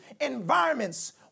environments